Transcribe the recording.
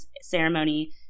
ceremony